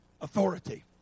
authority